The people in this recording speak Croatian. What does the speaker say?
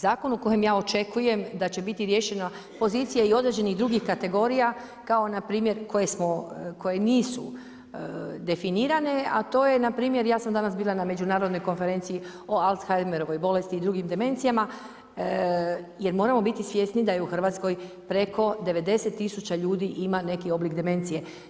Zakon u kojem ja očekujem da će biti riješena pozicija i određenih drugih kategorija kao npr. koje nisu definirane, a to je npr. ja sam danas bila na Međunarodnoj konferenciji o Alzheimerovoj bolesti i drugim demencijama jer moramo biti svjesni da je u Hrvatskoj preko 90 tisuća ljudi ima neki oblik demencije.